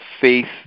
Faith